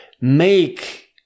make